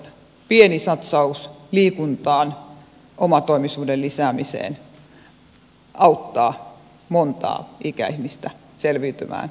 pieni satsaus liikuntaan omatoimisuuden lisäämiseen auttaa monta ikäihmistä selviytymään pidempään